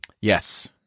Yes